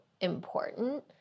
important